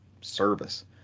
service